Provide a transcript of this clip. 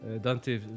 Dante